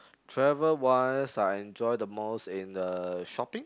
travel wise I enjoy the most in the shopping